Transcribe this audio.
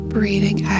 Breathing